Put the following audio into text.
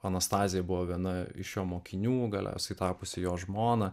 anastazija buvo viena iš jo mokinių galiausiai tapusi jo žmona